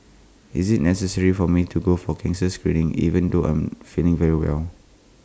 is IT necessary for me to go for cancer screening even though I am feeling very well